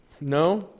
No